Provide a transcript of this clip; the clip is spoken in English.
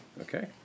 Okay